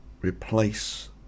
replace